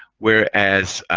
whereas